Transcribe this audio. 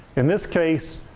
in this case,